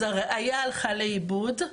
אז הראיה הלכה לאיבוד,